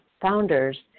founders